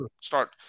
start